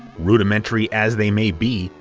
rudimentary as they may be,